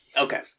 Okay